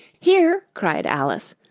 here! cried alice,